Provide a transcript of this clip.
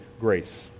grace